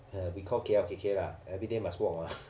uh we call K_L_K_K lah everyday must walk lah